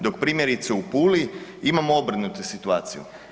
Dok primjerice u Puli imamo obrnutu situaciju.